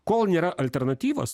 kol nėra alternatyvos